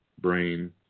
brain